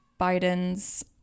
Biden's